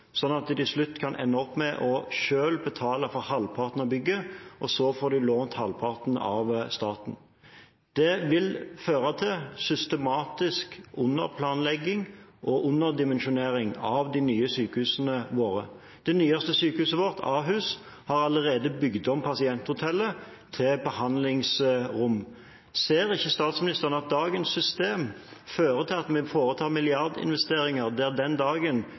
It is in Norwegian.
at de til slutt kan ende opp med selv å betale for halvparten av bygget og så får de lånt halvparten av staten. Det vil føre til systematisk underplanlegging og underdimensjonering av de nye sykehusene våre. Det nyeste sykehuset vårt, Ahus, har allerede bygd om pasienthotellet til behandlingsrom. Ser ikke statsministeren at dagens system fører til at vi foretar milliardinvesteringer, men at den dagen